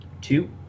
Two